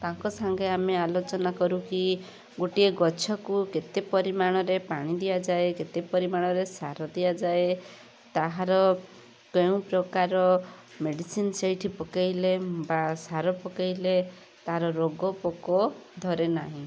ତାଙ୍କ ସାଙ୍ଗେ ଆମେ ଆଲୋଚନା କରୁ କି ଗୋଟିଏ ଗଛକୁ କେତେ ପରିମାଣରେ ପାଣି ଦିଆଯାଏ କେତେ ପରିମାଣରେ ସାର ଦିଆଯାଏ ତାହାର କେଉଁ ପ୍ରକାର ମେଡ଼ିସିନ ସେଇଠି ପକାଇଲେ ବା ସାର ପକାଇଲେ ତା'ର ରୋଗ ପୋକ ଧରେନାହିଁ